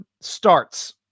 starts